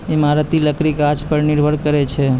इमारती लकड़ी गाछ पर निर्भर करै छै